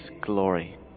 glory